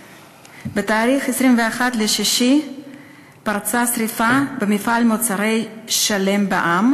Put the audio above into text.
ב-21 ביוני 2014 פרצה שרפה במפעל "מוצרי שלם בע"מ"